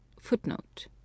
Footnote